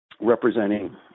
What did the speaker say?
representing